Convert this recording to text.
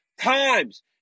times